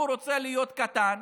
הוא רוצה להיות קטן,